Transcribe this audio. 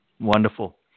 Wonderful